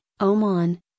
Oman